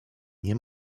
nie